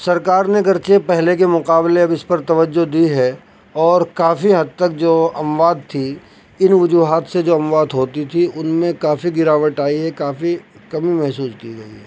سرکار نے گرچہ پہلے کے مقابلے اب اس پر توجہ دی ہے اور کافی حد تک جو اموات تھی ان وجوہات سے جو اموات ہوتی تھی ان میں کافی گراوٹ آئی ہے کافی کمی محسوس کی گئی ہے